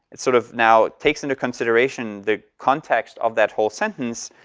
it sort of now takes into consideration the context of that whole sentence,